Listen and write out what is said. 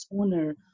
owner